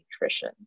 nutrition